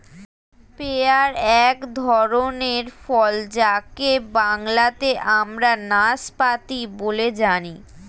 pair এক ধরনের ফল যাকে বাংলাতে আমরা নাসপাতি বলে জানি